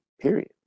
period